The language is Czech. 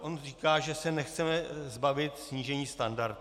On říká, že se nechceme zbavit snížení standardů.